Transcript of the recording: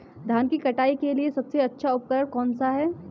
धान की कटाई के लिए सबसे अच्छा उपकरण कौन सा है?